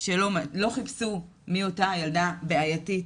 שלא חיפשו מי היא אותה הילדה ה"בעייתית"